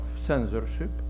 censorship